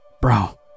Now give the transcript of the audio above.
Bro